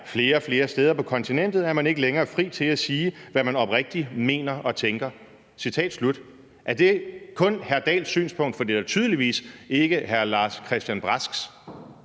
Flere og flere steder på kontinentet er man ikke længere fri til at sige, hvad man oprigtigt mener og tænker.« Er det kun hr. Henrik Dahls synspunkt? For det er da tydeligvis ikke hr. Lars-Christian Brasks.